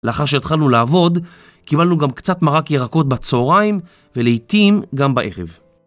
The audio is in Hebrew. לאחר שהתחלנו לעבוד, קיבלנו גם קצת מרק ירקות בצהריים ולעיתים גם בערב.